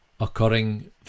occurring